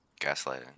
Gaslighting